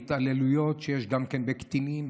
התעללויות שיש גם כן בקטינים,